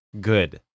good